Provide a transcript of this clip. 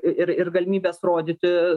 ir ir galimybes rodyti